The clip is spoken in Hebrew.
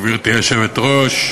בכנסת שום דבר אקראי.